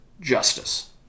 justice